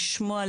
לשמוע,